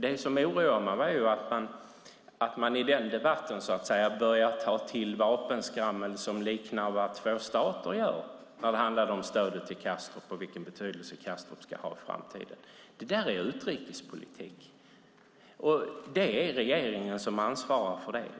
Det som oroar mig är att man i debatten börjar ta till vapenskrammel på ett sätt som liknar vad två stater gör, när det gäller stödet till Kastrup och vilken betydelse Kastrup ska ha i framtiden. Det där är utrikespolitik, och det är regeringen som ansvarar för den.